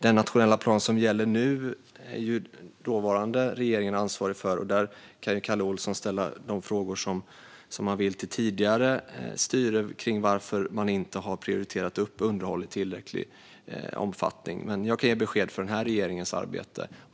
Den nationella plan som gäller nu är den dåvarande regeringen ansvarig för. Kalle Olsson kan ställa frågor till det tidigare styret om varför de inte har prioriterat upp underhållet i tillräcklig omfattning. Jag kan ge besked för den här regeringens arbete.